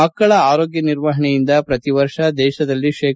ಮಕ್ಕಳ ಆರೋಗ್ಯ ನಿರ್ವಹಣೆಯಿಂದ ಪ್ರತಿವರ್ಷ ದೇಶದಲ್ಲಿ ಶೇ